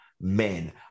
men